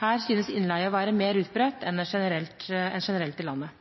Her synes innleie å være mer utbredt enn generelt i landet.